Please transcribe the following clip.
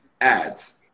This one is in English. ads